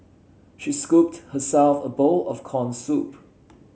she scooped herself a bowl of corn soup